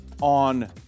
on